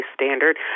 standard